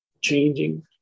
changing